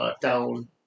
down